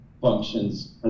functions